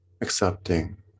accepting